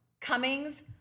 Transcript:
Cummings